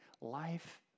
life